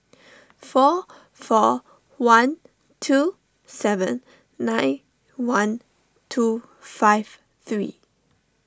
four four one two seven nine one two five three